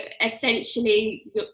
essentially